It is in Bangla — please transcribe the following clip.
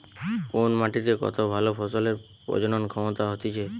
কোন মাটিতে কত ভালো ফসলের প্রজনন ক্ষমতা হতিছে